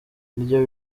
ibyo